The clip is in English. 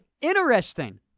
interesting